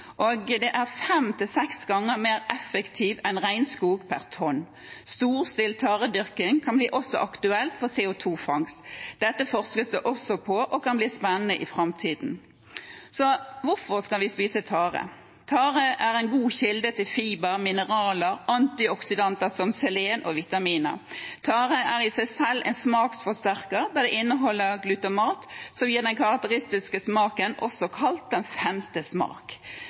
er faktisk vår regnskog, og den er fem–seks ganger mer effektiv enn regnskog per tonn. Storstilt taredyrking kan også bli aktuelt for CO2-fangst. Dette forskes det også på, og det kan bli spennende i framtiden. Hvorfor skal vi spise tare? Tare er en god kilde til fiber, mineraler, antioksidanter som selen, og vitaminer. Tare er i seg selv en smaksforsterker, da den inneholder glutamat, som gir den karakteristiske smaken, også kalt den femte smak.